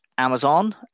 amazon